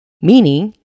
meaning